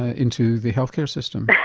into the healthcare system?